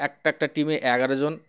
একটা একটা টিমে এগারো জন